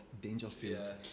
Dangerfield